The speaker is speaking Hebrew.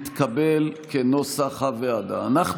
כנוסח הוועדה, התקבל.